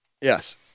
Yes